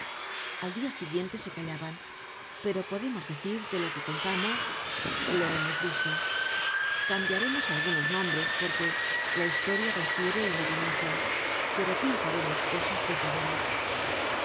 al dia siguiente se callaban pero podemos decir de lo que contamos lo hemos visto cambiaremos algunos nombres porque la historia refiere y no denuncia pero pintaremos cosas verdaderas